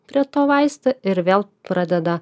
prie to vaisto ir vėl pradeda